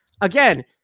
again